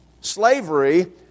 slavery